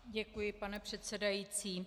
Děkuji, pane předsedající.